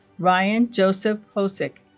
ryan joel so hosek